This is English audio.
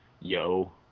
Yo